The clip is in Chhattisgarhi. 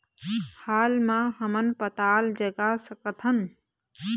हाल मा हमन पताल जगा सकतहन?